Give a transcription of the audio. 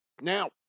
Now